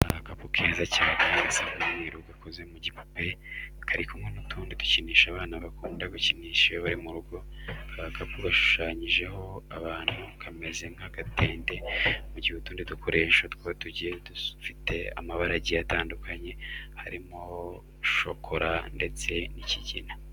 Agakapu keza cyane gasa nk'umweru gakoze mu gipupe kari kumwe n'utundi dukinisho abana bakunda gukinisha iyo bari mu rugo. Aka gakapu gashushanyijeho akantu kameze nk'agatente, mu gihe utundi dukoresho two tugiye dufite amabara agiye atandukanye harimo shokora ndetse n'ikigina.